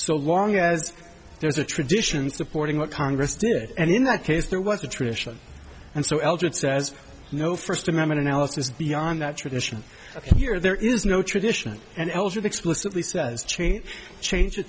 so long as there's a tradition supporting what congress did and in that case there was a tradition and so l just says no first amendment analysis beyond that tradition here there is no tradition and ellsworth explicitly says change change the